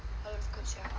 all look good sia